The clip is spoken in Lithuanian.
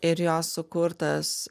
ir jos sukurtas